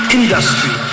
industry